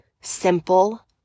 simple